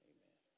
Amen